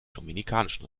dominikanischen